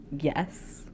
yes